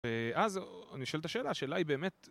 ואז אני שואל את השאלה, השאלה היא באמת...